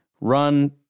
run